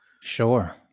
Sure